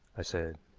i said.